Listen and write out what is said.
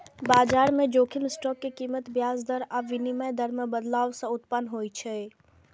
बाजार जोखिम स्टॉक के कीमत, ब्याज दर आ विनिमय दर मे बदलाव सं उत्पन्न होइ छै